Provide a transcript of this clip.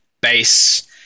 base